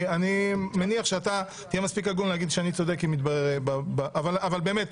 אני מניח שאתה תהיה מספיק הגון להגיד שאני צודק אם יתברר אבל באמת,